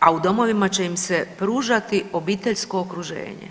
a u domovima će im se pružati obiteljsko okruženje.